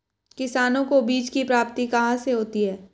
किसानों को बीज की प्राप्ति कहाँ से होती है?